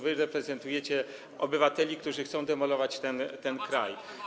Wy reprezentujecie obywateli, którzy chcą demolować ten kraj.